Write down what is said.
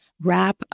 wrap